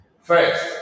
First